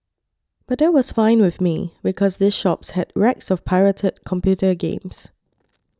but that was fine with me because these shops had racks of pirated computer games